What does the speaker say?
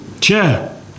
Chair